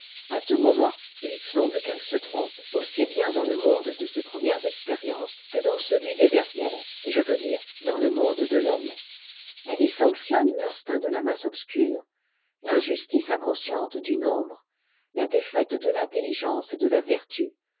a tout moment il semble qu'elle se trompe aussi bien dans le monde de ses premières expériences que dans celui des dernières je veux dire dans le monde de thomme elle y sanctionne finstinct de la niasse obscure l'injustice inconsciente du nombre la défaite de l'intelligence et de la vertu